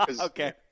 Okay